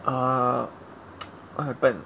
err what happen